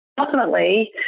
ultimately